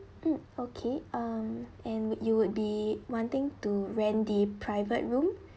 mm okay um and wou~ you would be wanting to rent the private room